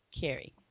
Carrie